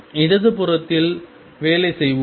இடது புறத்தில் வேலை செய்வோம்